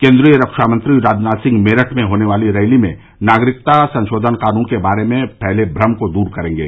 केन्द्रीय रक्षा मंत्री राजनाथ सिंह मेरठ में होने वाली रैली में नागरिकता संशोधन कानून के बारे में फैले भ्रम को दूर करेंगे